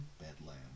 Bedlam